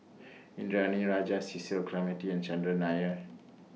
Indranee Rajah Cecil Clementi and Chandran Nair